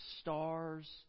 stars